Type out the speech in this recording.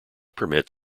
permit